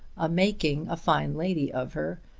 a making a fine lady of her,